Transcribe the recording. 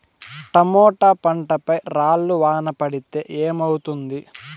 Tomato పంట పై రాళ్లు వాన పడితే ఏమవుతుంది?